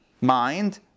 mind